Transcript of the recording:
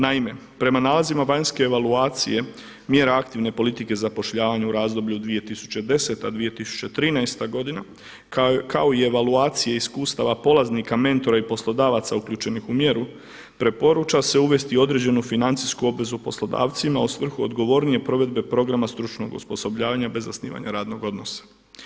Naime, prema nalazima vanjske evaluacije mjera aktivne politike zapošljavanje u razdoblju od 2010.-2013. godina kao i evaluacije i iskustava polaznika, mentora i poslodavaca uključenih u mjeru preporuča se uvesti određenu financijsku obvezu poslodavcima u svrhu odgovornije provedbe programa stručnog osposobljavanja bez zasnivanja radnog odnosa.